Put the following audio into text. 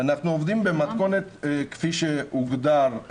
אנחנו עובדים במתכונת כפי שהוגדר.